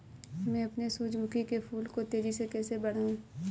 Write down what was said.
मैं अपने सूरजमुखी के फूल को तेजी से कैसे बढाऊं?